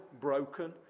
broken